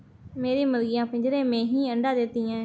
मेरी मुर्गियां पिंजरे में ही अंडा देती हैं